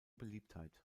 beliebtheit